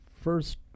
first